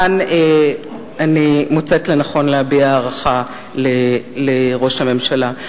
כאן אני מוצאת לנכון להביע הערכה לראש הממשלה.